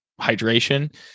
hydration